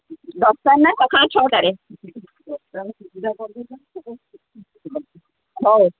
ଦରକାର ନାହିଁ ସକାଳ ଛଅଟାରେ ଦଶଟା ବେଳେ ସୁବିଧା କରିଦେଇଥାନ୍ତି ଆଉ ହଉ